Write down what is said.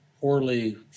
poorly